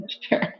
sure